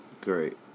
great